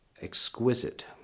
exquisite